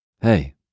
Hey